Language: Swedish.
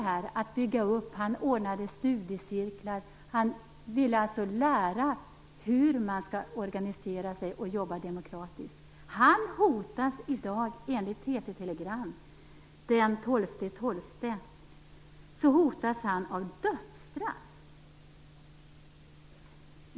han ordnade studiecirklar, han ville alltså lära hur man skall organisera sig och jobba demokratiskt - hotas i dag, enligt TT-telegram från den 12 december, av dödsstraff.